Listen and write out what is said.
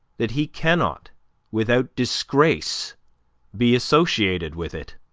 that he cannot without disgrace be associated with it.